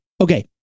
okay